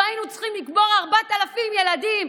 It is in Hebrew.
לא היינו צריכים לקבור 4,000 ילדים,